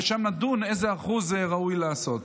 ושם נדון איזה אחוז ראוי לעשות.